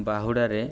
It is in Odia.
ବାହୁଡ଼ାରେ